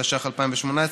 התשע"ח 2018,